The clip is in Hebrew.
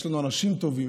יש לנו אנשים טובים,